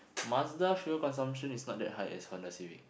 Mazda fuel consumption is not that high as Honda-Civic